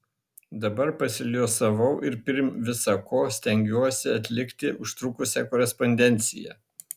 dabar pasiliuosavau ir pirm visa ko stengiuosi atlikti užtrukusią korespondenciją